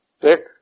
Dick